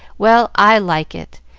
well, i like it,